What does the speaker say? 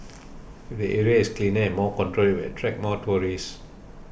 if the area is cleaner and more controlled it will attract more tourists